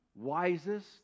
wisest